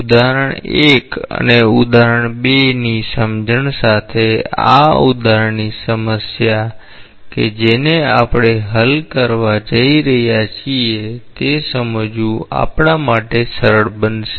ઉદાહરણ 1 અને ઉદાહરણ 2 ની સમજણ સાથે આ ઉદાહરણની સમસ્યા કે જેને આપણે હલ કરવા જઈ રહ્યા છીએ તે સમજવું આપણા માટે સરળ બનશે